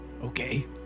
Okay